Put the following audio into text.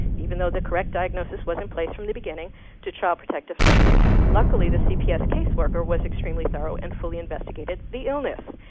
even though the correct diagnosis was in place from the beginning to child protective services. luckily, the cps caseworker was extremely thorough and fully investigated the illness.